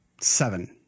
Seven